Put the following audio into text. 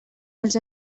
els